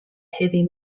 heavy